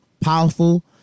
powerful